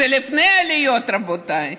זה לפני העליות, רבותיי.